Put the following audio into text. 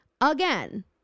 Again